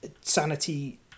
sanity